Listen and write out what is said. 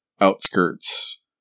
outskirts